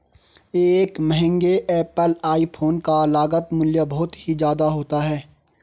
एक महंगे Apple iPhone का लागत मूल्य बहुत ही ज्यादा होता है